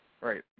right